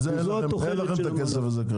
כרגע אין לכם את הכסף הזה.